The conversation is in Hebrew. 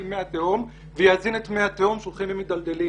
מי התהום ויזין את מי התהום שהולכים ומידלדלים.